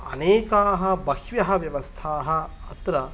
अनेकाः बह्व्यः व्यवस्थाः अत्र